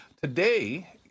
Today